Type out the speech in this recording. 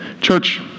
Church